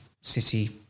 City